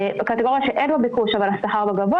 קטגוריה שאין בה ביקוש אבל השכר גבוה